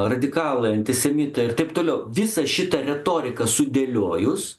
radikalai antisemitai ir taip toliau visą šitą retoriką sudėliojus